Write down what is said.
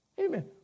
Amen